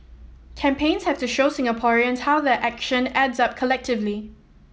campaigns have to show Singaporeans how their action adds up collectively